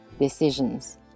decisions